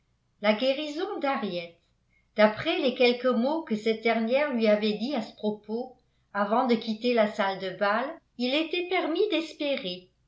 la guérison d'henriette d'après les quelques mots que cette dernière lui avait dits à ce propos avant de quitter la salle de bal il était permis d'espérer